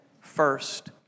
first